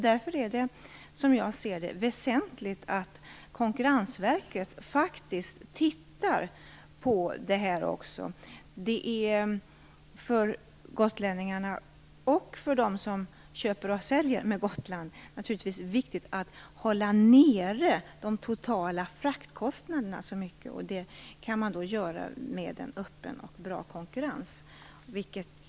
Därför är det som jag ser det väsentligt att också Konkurrensverket tittar på det här. Det är både för gotlänningarna och för dem som köper och säljer med Gotland naturligtvis viktigt att hålla de totala fraktkostnaderna nere så mycket som möjligt. Det kan man göra med en öppen och bra konkurrens.